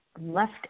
left